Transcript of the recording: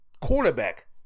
quarterback